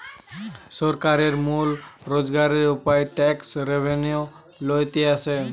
সরকারের মূল রোজগারের উপায় ট্যাক্স রেভেন্যু লইতে আসে